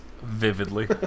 Vividly